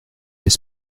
les